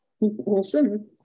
Awesome